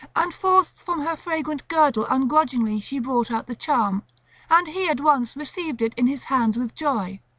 and forth from her fragrant girdle ungrudgingly she brought out the charm and he at once received it in his hands with joy.